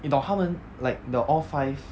你懂他们 like the all five